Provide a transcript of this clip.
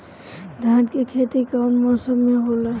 धान के खेती कवन मौसम में होला?